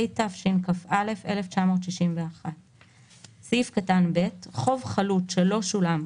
התשכ"א 1961‏. (ב)חוב חלוט שלא שולם,